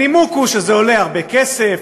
הנימוק הוא שזה עולה הרבה כסף,